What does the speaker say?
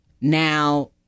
now